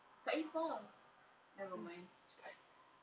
kak epah nevermind